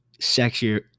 sexier